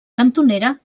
cantonera